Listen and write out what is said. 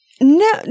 No